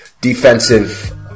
defensive